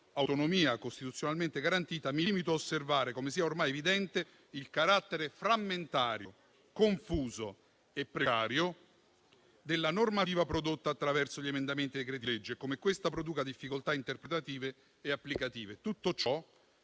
autonomia costituzionalmente garantita, mi limito a osservare come sia ormai evidente il carattere frammentario, confuso e precario della normativa prodotta attraverso gli emendamenti ai decreti-legge e come questa produca difficoltà interpretative e applicative. Tutto ciò